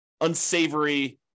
unsavory